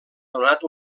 donat